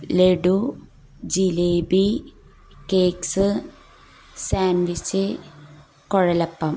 laddu jalebi cakes sandwich kuzhalappam